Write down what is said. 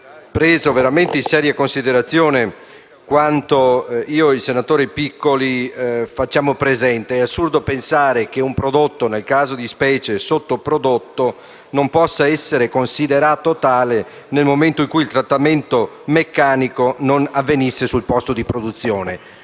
essere veramente preso in seria considerazione quanto io e il senatore Piccoli facciamo presente. È assurdo pensare che un prodotto nel caso di specie un sottoprodotto - non possa essere considerato tale nel momento in cui il trattamento meccanico avvenga sul posto di produzione.